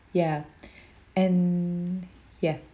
ya and ya